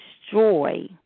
destroy